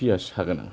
पियास हागोन आं